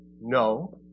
no